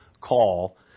call